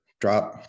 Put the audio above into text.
drop